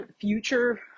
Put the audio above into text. future